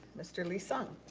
mr. lee-sung.